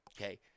Okay